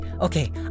okay